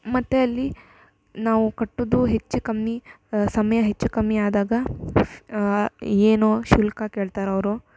ಮತ್ತು ಅಲ್ಲಿ ನಾವು ಕಟ್ಟುವುದು ಹೆಚ್ಚು ಕಮ್ಮಿ ಸಮಯ ಹೆಚ್ಚು ಕಮ್ಮಿ ಆದಾಗ ಏನು ಶುಲ್ಕ ಕೇಳ್ತಾರೆ ಅವರು